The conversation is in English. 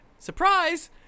Surprise